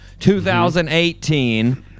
2018